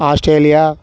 Australia